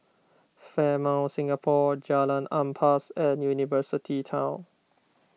Fairmont Singapore Jalan Ampas and University Town